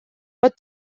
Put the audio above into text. pot